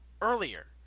earlier